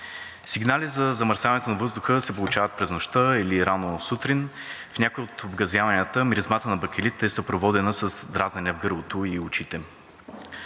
Сигнали за замърсяване на въздуха се получават през нощта или рано сутрин. В някои от обгазяванията миризмата на бакелит е съпроводена с дразнене в гърлото и очите.